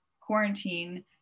quarantine